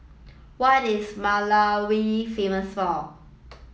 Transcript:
what is Malawi famous for